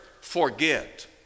Forget